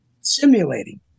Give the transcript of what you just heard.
simulating